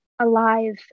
alive